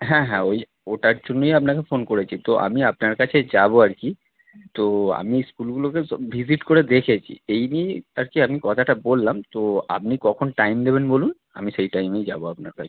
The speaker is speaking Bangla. হ্যাঁ হ্যাঁ ওই ওটার জন্যই আপনাকে ফোন করেছি তো আমি আপনার কাছে যাবো আরকি তো আমি স্কুলগুলোকে সব ভিজিট করে দেখেছি এই নিয়েই আরকি আমি কথাটা বললাম তো আপনি কখন টাইম দেবেন বলুন আমি সেই টাইমেই যাবো আপনার কাছে